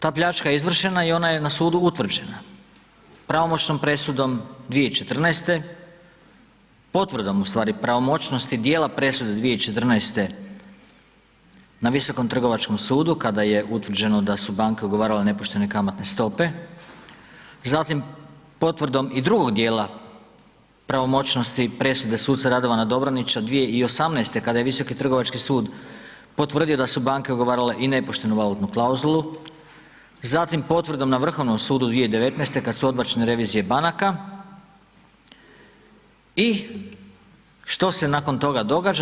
Ta pljačka je izvršena i ona je na sudu utvrđena, pravomoćnom presudom 2014.-te, potvrdom ustvari pravomoćnosti dijela presude 2014.-te na Visokom trgovačkom sudu, kada je utvrđeno da su banke ugovarale nepoštene kamatne stope, zatim potvrdom i drugog dijela pravomoćnosti presude suca Radovana Dobronića 2018.-te, kada je Visoki trgovački sud potvrdio da su banke ugovarale i nepoštenu valutnu klauzulu, zatim potvrdom na Vrhovnom sudu 2019.-te kad su odbačene revizije banaka, i što se nakon toga događa?